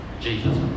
Jesus